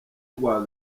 urwa